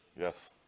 Yes